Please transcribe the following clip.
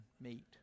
meet